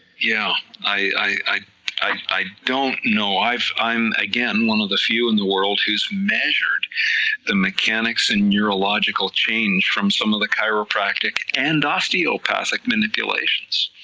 yeah i i don't know, i am again one of the few in the world who is measured the mechanics and neurological change from some of the chiropractic and osteopathic manipulations,